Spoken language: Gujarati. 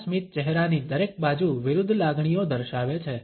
આ સ્મિત ચહેરાની દરેક બાજુ વિરુદ્ધ લાગણીઓ દર્શાવે છે